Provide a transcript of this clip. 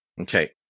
Okay